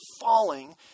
falling